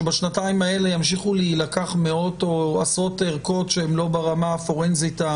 שבשנתיים האלו ימשיכו להילקח מאות או עשרות ערכות שהן לא ברמה הפורנזית?